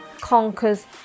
conquers